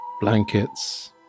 blankets